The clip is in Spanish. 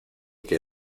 que